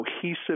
cohesive